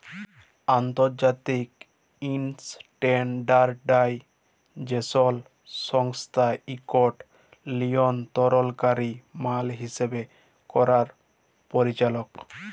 আলতর্জাতিক ইসট্যানডারডাইজেসল সংস্থা ইকট লিয়লতরলকারি মাল হিসাব ক্যরার পরিচালক